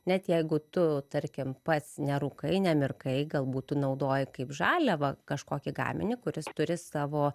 net jeigu tu tarkim pats nerūkai nemirkai galbūt tu naudoji kaip žaliavą kažkokį gaminį kuris turi savo